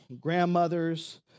grandmothers